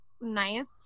nice